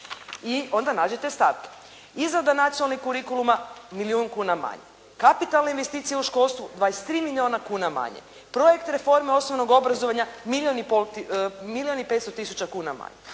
I onda nađete stavke. Izrada nacionalnih kurikuluma, milijun kuna manje, kapitalne investicije u školstvu 23 milijuna kuna manje, projekt reforme osnovnog obrazovanja, milijun i 500 tisuća kuna manje.